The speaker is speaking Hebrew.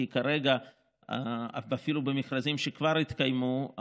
כי כרגע אפילו במכרזים שכבר התקיימו,